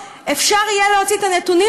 אפשר יהיה להוציא את הנתונים,